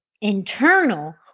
internal